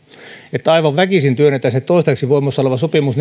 että aivan väkisin työnnetään se toistaiseksi voimassa oleva sopimus